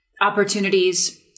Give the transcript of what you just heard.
opportunities